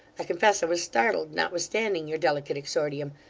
i confess i was startled, notwithstanding your delicate exordium.